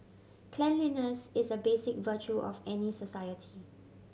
cleanliness is a basic virtue of any society